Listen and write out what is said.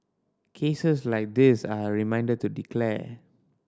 cases like this are a reminder to declare